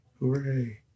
hooray